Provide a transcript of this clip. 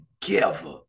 together